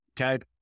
Okay